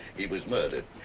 he was murdered.